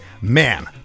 man